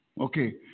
Okay